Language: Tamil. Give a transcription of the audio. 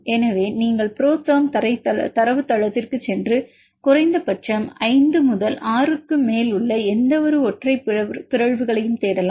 எனவே நீங்கள் புரோதெர்ம் தரவுத்தளத்திற்குச் சென்று குறைந்தபட்சம் 5 முதல் 6 மேல் உள்ள எந்தவொரு ஒற்றை பிறழ்வுகளைத் தேடலாம்